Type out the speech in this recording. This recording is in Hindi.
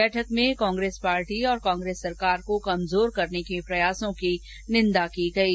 बैठक में कांग्रेस पार्टी और कांग्रेस सरकार को कमजोर करने की निंदा की गयी